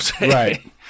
Right